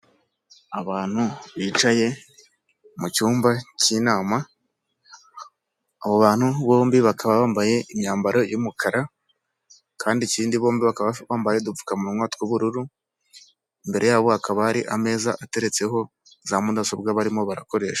Abantu bicaye mu cyumba cy'inama, abo bantu bombi bakaba bambaye imyambaro y'umukara kandi ikindi bombi bambaye udupfukamunwa tw'ubururu, imbere yabo hakaba hari ameza ateretseho za mudasobwa barimo barakoresha.